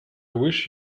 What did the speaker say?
wish